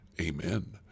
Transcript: Amen